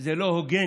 וזה לא הוגן